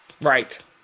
Right